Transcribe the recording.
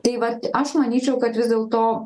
tai va aš manyčiau kad vis dėlto